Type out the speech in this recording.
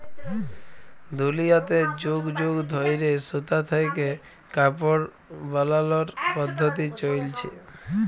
দুলিয়াতে যুগ যুগ ধইরে সুতা থ্যাইকে কাপড় বালালর পদ্ধতি চইলছে